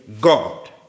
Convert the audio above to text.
god